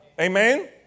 Amen